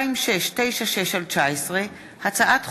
פקודת הנישואין והגירושין (רישום)